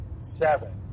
seven